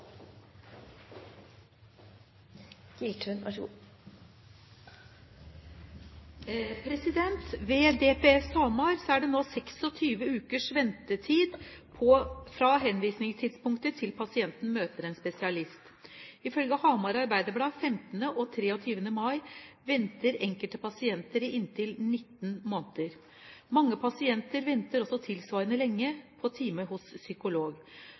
pasienten møter en spesialist. Ifølge Hamar Arbeiderblad 15. og 23. mai venter enkelte pasienter i inntil 19 måneder. Mange pasienter venter også tilsvarende lenge på time hos psykolog.